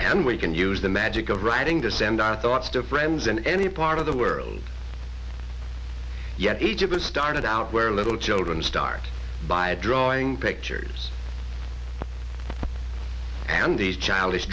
and we can use the magic of writing to send our thoughts to friends in any part of the world yet each of us started out where little children start by drawing pictures and the childish